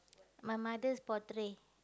my mother's portrait